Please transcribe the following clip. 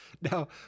Now